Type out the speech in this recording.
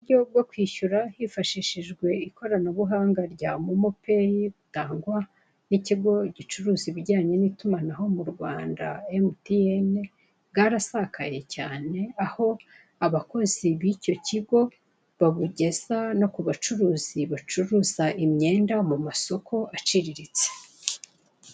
Uburyo rwo kwishura ukoresheje uburyo bw'ikoranabuhanga rya momo peyi itangwa n'ikigo gicuruza ibiryanye n'itumanaho mu Rwanda rya emutiyene, bwarasakaye cyane aho abakozi bicyo kigo babugeza no kubacuruzi bacuruza imyenda mumasoko aciriritse.